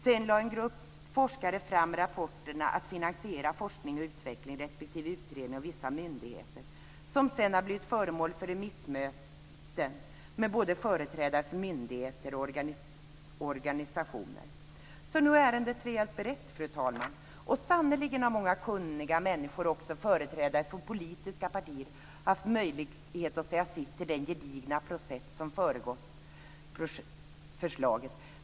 Sedan lade en grupp forskare fram rapporterna Att finansiera forskning och utveckling respektive Utredning om vissa myndigheter som därefter blivit föremål för remissmöten med företrädare för både myndigheter och organisationer, så nog är ärendet rejält berett, fru talman! Och sannerligen har många kunniga människor och också företrädare för politiska partier haft möjlighet att säga sitt i den gedigna process som föregått förslaget.